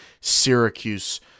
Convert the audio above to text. Syracuse